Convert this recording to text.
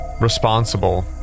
responsible